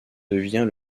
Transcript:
devient